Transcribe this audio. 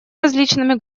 различными